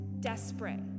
desperate